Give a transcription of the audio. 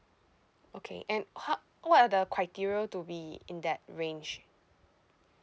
okay and ho~ what are the criterial to be in that range